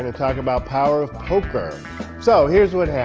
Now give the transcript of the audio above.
and talk about power of poker so here's what